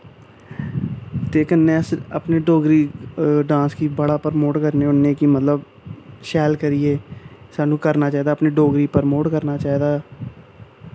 ते कन्नै अस अपनी डोगरी डांस गी बड़ी प्रमोट करने होन्ने कि मतलब शैल करियै साह्नूं करना चाहिदा अपनी डोगरी पर प्रमोट करना चाहिदा